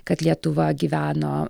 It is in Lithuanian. kad lietuva gyveno